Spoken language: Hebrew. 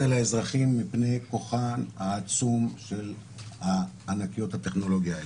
על האזרחים מפני כוחן העצום של ענקיות הטכנולוגיה האלה.